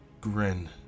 grin